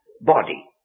body